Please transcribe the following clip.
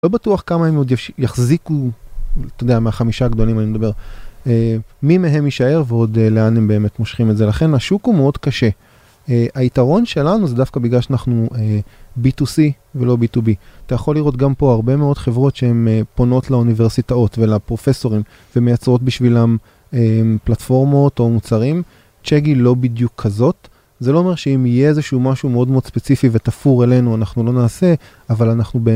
לא בטוח כמה הם עוד יחזיקו, אתה יודע, מהחמישה הגדולים אני מדבר. מי מהם יישאר ועוד לאן הם באמת מושכים את זה. לכן השוק הוא מאוד קשה. היתרון שלנו זה דווקא בגלל שאנחנו B2C ולא B2B. אתה יכול לראות גם פה הרבה מאוד חברות שהן פונות לאוניברסיטאות ולפרופסורים ומייצרות בשבילם פלטפורמות או מוצרים. צ'גי לא בדיוק כזאת. זה לא אומר שאם יהיה איזשהו משהו מאוד מאוד ספציפי ותפור אלינו, אנחנו לא נעשה, אבל אנחנו...